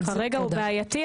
אבל כרגע הוא בעייתי.